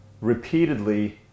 repeatedly